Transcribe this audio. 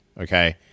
Okay